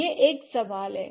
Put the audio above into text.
यह एक सवाल है